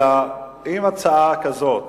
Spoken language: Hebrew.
אלא שאם להצעה כזאת